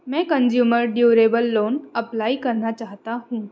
मैं consumer durable loan apply करना चाहता हूँ